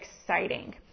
exciting